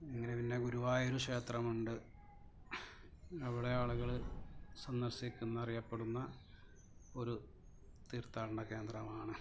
അങ്ങനെ പിന്നെ ഗുരുവായൂര് ക്ഷേത്രമുണ്ട് അവിടെ ആളുകള് സന്ദർശിക്കുന്ന അറിയപ്പെടുന്ന ഒരു തീർത്ഥാടന കേന്ദ്രമാണ്